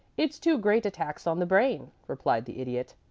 it's too great a tax on the brain, replied the idiot.